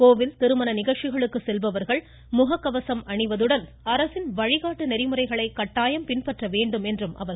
கோவில் திருமண நிகழ்ச்சிகளுக்கு செல்பவர்கள் முகக்கவசம் அணிவதுடன் அரசின் வழிகாட்டு நெறிமுறைகளை கட்டாயம் பின்பற்ற வேண்டும் என்றார்